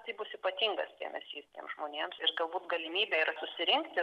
tai bus ypatingas dėmesys tiem žmonėms ir galbūt galimybė ir susirinkti